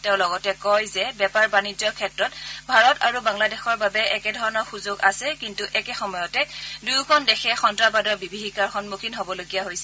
তেওঁ লগতে কয় যে বেপাৰ বাণিজ্যৰ ক্ষেত্ৰত ভাৰত আৰু বাংলাদেশৰ বাবে একেধৰণৰ সুযোগ আছে কিন্তু একে সময়তে দুয়োখন দেশে সন্তাসবাদৰ বিভীযিকাৰ সন্মুখীন হ'বলগীয়া হৈছে